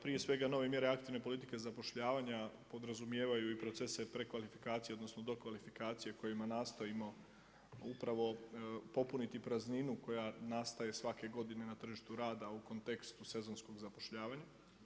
Prije svega nove mjere aktivne politike zapošljavanja podrazumijevaju i procese prekvalifikacije, odnosno, dokvalifikacije, kojima nastojimo upravo popuniti prazninu koja nastaje svake godine na tržištu rada u kontekstu sezonskog zapošljavanja.